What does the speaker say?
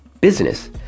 business